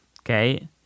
okay